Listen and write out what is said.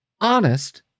honest